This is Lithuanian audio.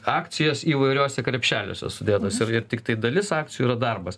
akcijos įvairiuose krepšeliuose sudėtos ir ir tiktai dalis akcijų yra darbas